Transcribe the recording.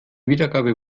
wiedergabe